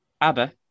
Abba